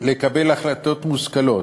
לקבל החלטות מושכלות,